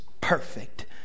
perfect